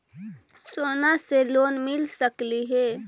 सोना से लोन मिल सकली हे?